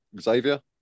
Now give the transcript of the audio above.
Xavier